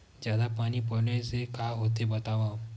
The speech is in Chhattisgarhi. जादा पानी पलोय से का होथे बतावव?